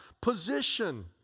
position